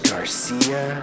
Garcia